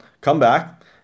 Comeback